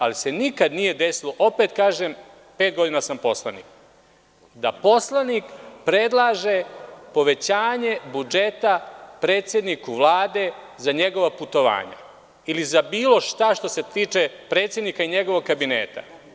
Ali, nikada se nije desilo, opet kažem, pet godina sam poslanik, nikada se nije desilo da poslanik predlaže povećanje budžeta predsedniku Vlade za njegova putovanja ili za bilo šta što se tiče predsednika i njegovog kabineta.